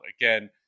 again